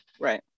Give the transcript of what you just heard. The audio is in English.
right